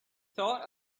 thought